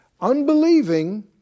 unbelieving